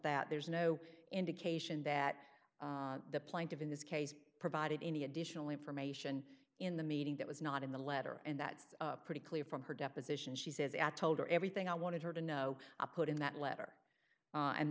that there's no indication that the plaintiff in this case provided any additional information in the meeting that was not in the letter and that's pretty clear from her deposition she says i told her everything i wanted her to know i put in that letter a